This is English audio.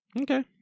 okay